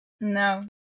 No